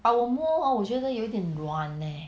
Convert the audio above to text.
but 我摸 hor 我觉得有点软 leh